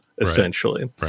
essentially